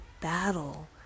battle